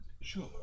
Sure